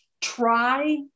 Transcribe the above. try